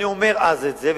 אני אומר את זה עכשיו,